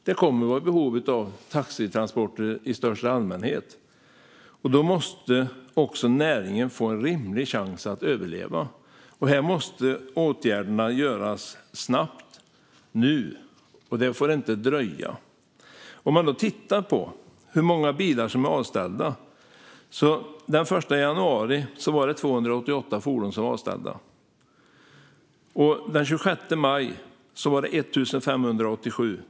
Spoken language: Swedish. Vi kommer att vara i behov av taxitransporter i största allmänhet. Då måste näringen också få en rimlig chans att överleva. Här måste åtgärderna göras snabbt - nu - och det får inte dröja. Låt oss titta på hur många bilar som är avställda. Den 1 januari var 288 fordon avställda. Den 26 maj var det 1 587.